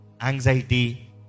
anxiety